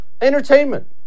entertainment